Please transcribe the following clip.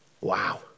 wow